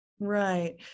Right